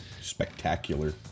spectacular